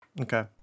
Okay